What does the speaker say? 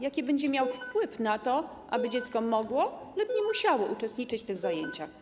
Jaki będzie miał wpływ na to, aby dziecko mogło lub nie musiało uczestniczyć w tych zajęciach?